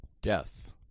Death